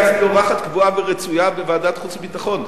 היא היתה אצלי אורחת קבועה ורצויה בוועדת החוץ והביטחון.